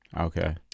Okay